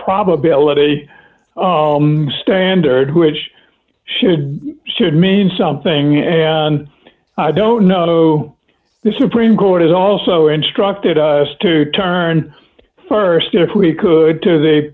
probability standard which should mean something and i don't know the supreme court is also instructed us to turn st if we could to the